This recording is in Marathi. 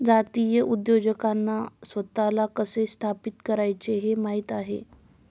जातीय उद्योजकांना स्वतःला कसे स्थापित करायचे हे माहित आहे